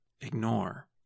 ignore